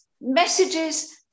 messages